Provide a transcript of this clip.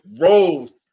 rose